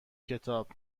کتاب